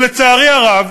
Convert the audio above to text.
לצערי הרב,